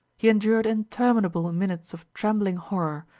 he endured interminable minutes of trembling horror,